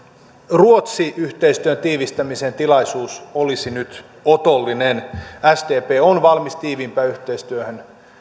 ruotsi yhteistyön tiivistämisen tilaisuus olisi nyt otollinen sdp on valmis tiiviimpään yhteistyöhön